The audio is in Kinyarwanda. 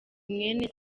mwene